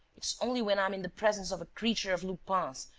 it's only when i'm in the presence of a creature of lupin's,